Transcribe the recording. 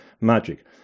magic